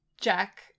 Jack